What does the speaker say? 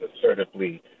assertively